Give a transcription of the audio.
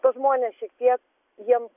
tuos žmones šiek tiek jiem